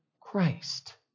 Christ